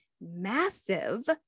massive